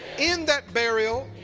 in that burial,